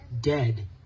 dead